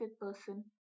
person